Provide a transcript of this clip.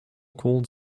called